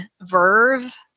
verve